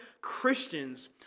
Christians